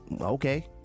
okay